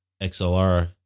XLR